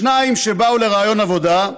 שניים שבאו לריאיון עבודה: